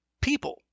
people